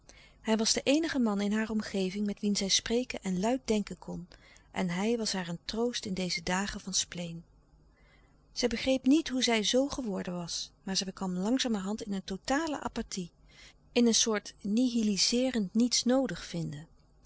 hij was de eenige man in haar omgeving met wien zij spreken en luid denken kon en hij was haar een troost in deze dagen van spleen zij begreep niet hoe zij zoo geworden was maar zij kwam langzamerhand in een totale apathie in een soort nihilizeerend niets noodig vinden